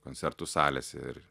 koncertų salėse ir